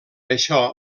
això